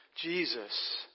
Jesus